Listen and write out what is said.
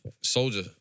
Soldier